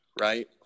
right